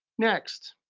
next,